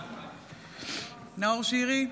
משתתפת בהצבעה נאור שירי,